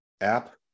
App